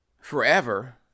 Forever